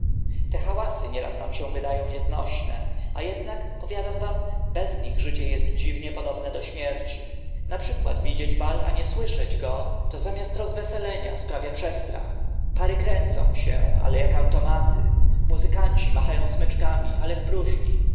te hałasy nieraz nam się wyda ą nieznośne a ednak powiadam wam bez nich życie est dziwnie podobne do śmierci na przykład widzieć bal a nie słyszeć go to zamiast rozweselenia sprawia przestrach pary kręcą się ale ak automaty muzykanci macha ą smyczkami ale w próżni